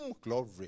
glory